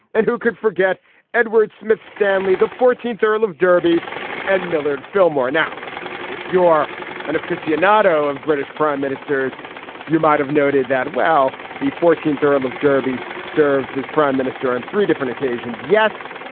and who could forget edward smith stanley the fourteenth earl of derby and millard fillmore. now if your and aficionados of british prime ministers you might have noted that well the fourteenth earl of derby served as prime minister on three different occasions yes.